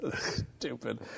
Stupid